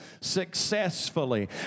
successfully